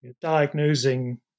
diagnosing